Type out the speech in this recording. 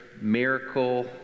Miracle